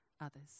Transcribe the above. others